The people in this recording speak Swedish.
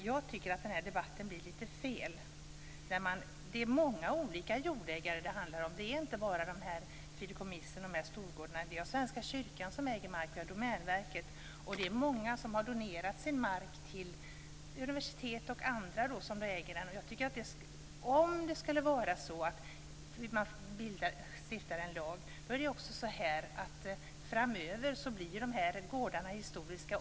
Jag tycker att debatten blivit felaktig. Det handlar om många olika jordägare. Det är inte bara fideikommisser och storgods. Svenska kyrkan och Domänverket äger mark. Det är många som har donerat mark till universitet Om det nu stiftas en lag, kan även dessa gårdar på sikt bli historiska.